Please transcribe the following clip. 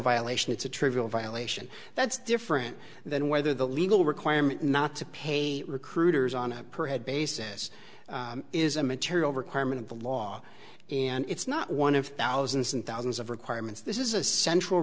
violation it's a trivial violation that's different than whether the legal requirement not to pay recruiters on a per head basis is a material requirement of the law and it's not one of thousands and thousands of requirements this is a central